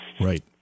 Right